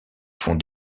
font